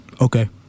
okay